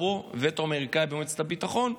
אפרופו וטו אמריקאי במועצת הביטחון.